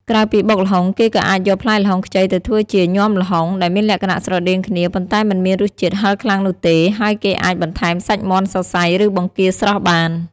ក្រៅពីបុកល្ហុង គេក៏អាចយកផ្លែល្ហុងខ្ចីទៅធ្វើជា ញាំល្ហុង ដែលមានលក្ខណៈស្រដៀងគ្នា ប៉ុន្តែមិនមានរសជាតិហឹរខ្លាំងនោះទេ ហើយគេអាចបន្ថែមសាច់មាន់សរសៃ ឬបង្គារស្រស់បាន។